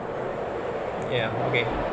ya okay